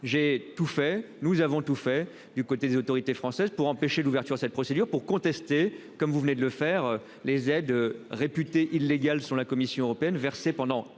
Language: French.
j'ai tout fait, nous avons tout fait, du côté des autorités françaises pour empêcher l'ouverture cette procédure pour contester comme vous venez de le faire. Les aides réputé illégal sur la Commission européenne versé pendant